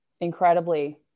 incredibly